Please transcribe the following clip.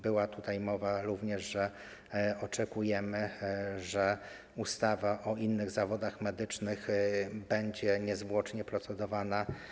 Była również mowa, że oczekujemy, że ustawa o innych zawodach medycznych będzie niezwłocznie procedowana.